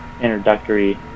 introductory